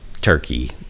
turkey